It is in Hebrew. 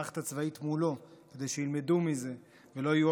מולו כדי שילמדו מזה ולא יהיו עוד נפגעים,